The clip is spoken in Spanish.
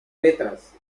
letras